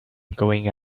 going